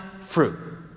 fruit